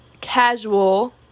casual